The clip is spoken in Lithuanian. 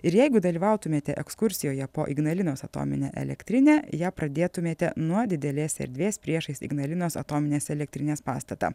ir jeigu dalyvautumėte ekskursijoje po ignalinos atominę elektrinę ją pradėtumėte nuo didelės erdvės priešais ignalinos atominės elektrinės pastatą